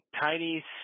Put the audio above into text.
tiny